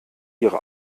ihre